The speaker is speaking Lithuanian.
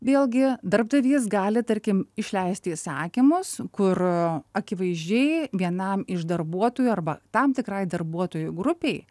vėlgi darbdavys gali tarkim išleisti įsakymus kur akivaizdžiai vienam iš darbuotojų arba tam tikrai darbuotojų grupei